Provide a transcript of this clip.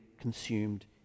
consumed